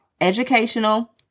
educational